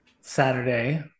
Saturday